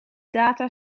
data